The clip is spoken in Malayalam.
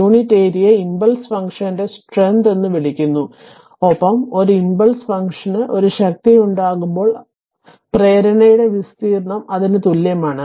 യൂണിറ്റ് ഏരിയയെ ഇംപൾസ് ഫംഗ്ഷന്റെ സ്ട്രെങ്ത് എന്ന് വിളിക്കുന്നു ഒപ്പം ഒരു ഇംപൾസ് ഫംഗ്ഷന് ഒരു ശക്തിയുണ്ടാകുമ്പോൾ ഐക്യമുണ്ടാകുമ്പോൾ പ്രേരണയുടെ വിസ്തീർണ്ണം അതിന് തുല്യമാണ്